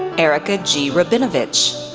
erica g. rabinovich,